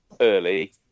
early